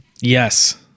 Yes